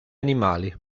animali